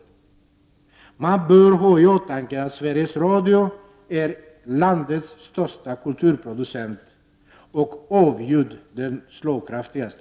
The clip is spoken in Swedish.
Man bör ha i åtanke att Sveriges Radio är landets största kulturproducent och avgjort den slagkraftigaste.